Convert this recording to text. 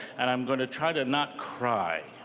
and i'm going to try to not cry.